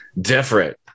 different